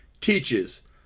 teaches